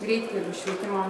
greitkeliu švietimo